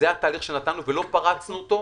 זה התהליך שנתנו ולא פרצנו אותו,